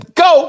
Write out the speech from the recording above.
go